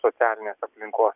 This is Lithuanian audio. socialinės aplinkos